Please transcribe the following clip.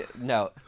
No